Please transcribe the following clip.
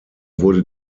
wurde